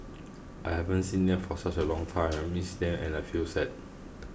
I haven't seen them for such a long time miss them and I feel sad